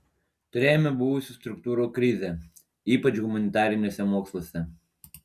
turėjome buvusių struktūrų krizę ypač humanitariniuose moksluose